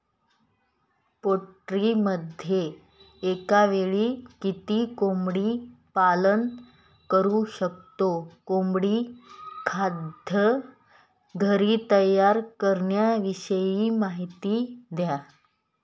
पोल्ट्रीमध्ये एकावेळी किती कोंबडी पालन करु शकतो? कोंबडी खाद्य घरी तयार करण्याविषयी माहिती द्या